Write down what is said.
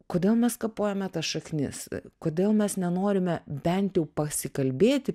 kodėl mes kapojome tas šaknis kodėl mes nenorime bent jau pasikalbėti